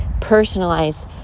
personalized